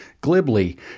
glibly